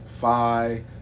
phi